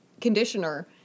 conditioner